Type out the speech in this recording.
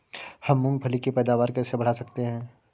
हम मूंगफली की पैदावार कैसे बढ़ा सकते हैं?